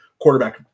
quarterback